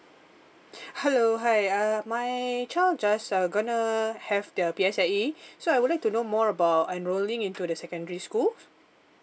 hello hi uh my child just uh gonna have the P_S_L_E so I would like to know more about enrolling into the secondary school